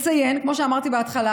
כמו שאמרתי בהתחלה,